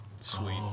Sweet